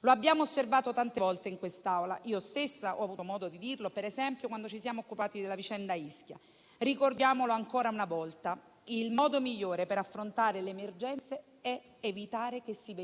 Lo abbiamo osservato tante volte in quest'Aula; io stessa ho avuto modo di dirlo, per esempio quando ci siamo occupati della vicenda Ischia. Ricordiamolo ancora una volta: il modo migliore per affrontare le emergenze è evitare che si